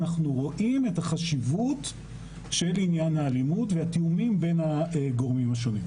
אנחנו רואים את החשיבות של עניין האלימות והתיאומים בין הגורמים השונים.